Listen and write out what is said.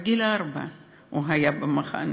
בגיל ארבע הוא היה במחנה,